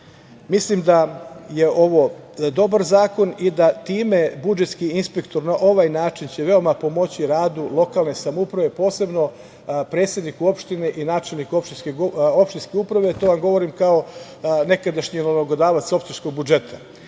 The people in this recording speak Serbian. da je ovo dobar zakon i da time budžetski inspektor na ovaj način će veoma pomoći radu lokalne samouprave, posebno predsedniku opštine i načelniku opštinske uprave, to vam govorim kao nekadašnji nalogodavac opštinskog budžeta. Smatram